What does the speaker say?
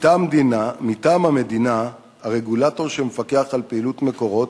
מטעם המדינה, הרגולטור שמפקח על פעילות "מקורות"